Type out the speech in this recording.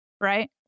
right